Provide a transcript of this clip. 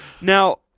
Now